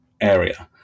area